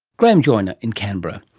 graham joyner in canberra.